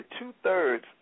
two-thirds